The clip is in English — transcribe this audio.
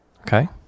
okay